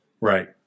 right